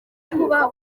kuba